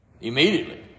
Immediately